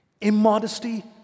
Immodesty